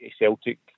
Celtic